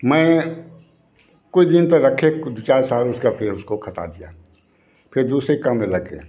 मैं कुछ दिन तक रखे दो चार साल उसका फिर उसको दिया फिर दूसरे काम में लग गए